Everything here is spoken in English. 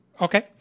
Okay